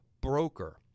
broker